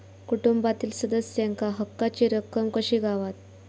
कुटुंबातील सदस्यांका हक्काची रक्कम कशी गावात?